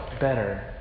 better